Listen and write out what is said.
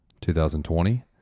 2020